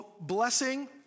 blessing